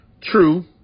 True